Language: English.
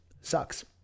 sucks